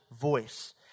voice